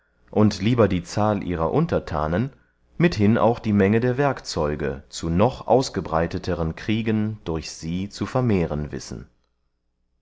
und lieber die zahl ihrer unterthanen mithin auch die menge der werkzeuge zu noch ausgebreiteteren kriegen durch sie zu vermehren wissen